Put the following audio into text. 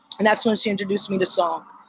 and that's when she introduced me to song.